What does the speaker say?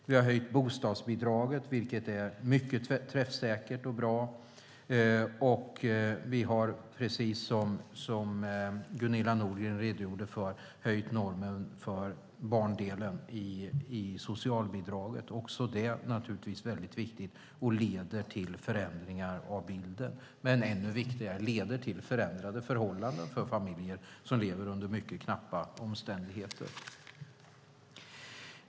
Vi har höjt bostadsbidraget, vilket är mycket träffsäkert och bra, och vi har, precis som Gunilla Nordgren redogjorde för, höjt normen för barndelen i socialbidraget. Också det är naturligtvis väldigt viktigt och leder till förändringar av bilden, men ännu viktigare är att det leder till förändrade förhållanden för familjer som lever under mycket knappa omständigheter.